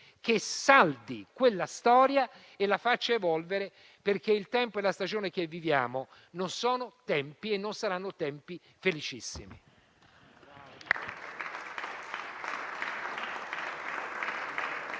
che esalti quella storia e la faccia evolvere, perché il tempo e la stagione che viviamo non sono e non saranno felicissimi.